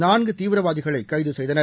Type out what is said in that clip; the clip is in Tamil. நான்கு தீவிரவாதிகளை கைது செய்தனர்